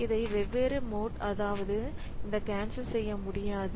இவை வெவ்வேறு மோட் அதாவது இந்த கேன்சல் செய்ய முடியாது